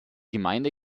gemeinde